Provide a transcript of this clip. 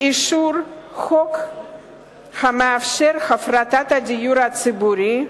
אישור החוק המאפשר את הפרטת הדיור הסוציאלי,